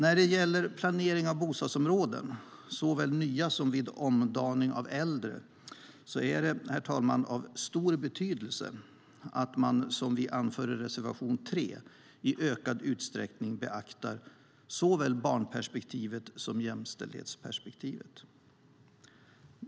När det gäller planering av bostadsområden, såväl nya som vid omdaning av äldre, är det av stor betydelse att man, som vi anför i reservation 3, i ökad utsträckning beaktar såväl barnperspektivet som jämställdhetsperspektivet.